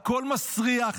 הכול מסריח,